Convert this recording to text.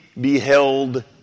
beheld